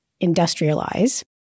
industrialize